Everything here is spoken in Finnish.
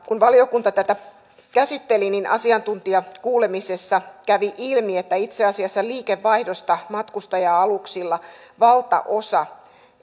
kun valiokunta tätä käsitteli niin asiantuntijakuulemisessa kävi ilmi että itse asiassa liikevaihdosta matkustaja aluksilla valtaosa